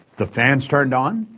the fan's turned on,